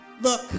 Look